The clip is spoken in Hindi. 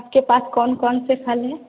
आपके पास कौन कौन से फल है